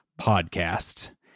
podcast